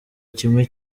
kimwe